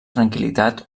tranquil·litat